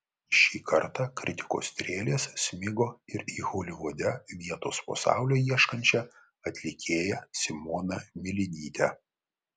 šį kartą kritikos strėlės smigo ir į holivude vietos po saule ieškančią atlikėją simoną milinytę